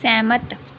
ਸਹਿਮਤ